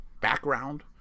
background